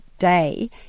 day